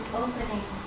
opening